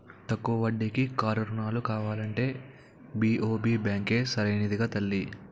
తక్కువ వడ్డీకి కారు రుణాలు కావాలంటే బి.ఓ.బి బాంకే సరైనదిరా తల్లీ